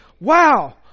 Wow